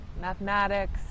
mathematics